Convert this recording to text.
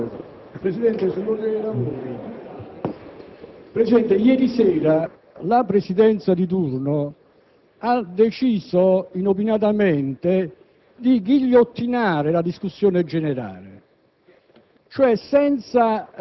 Signor Presidente, ieri sera la Presidenza di turno ha deciso inopinatamente di ghigliottinare la discussione generale.